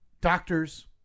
doctors